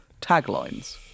taglines